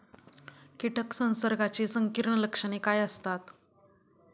कीटक संसर्गाची संकीर्ण लक्षणे काय असतात?